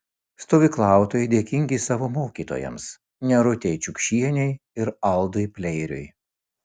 stovyklautojai dėkingi savo mokytojams nerutei čiukšienei ir aldui pleiriui